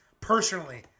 Personally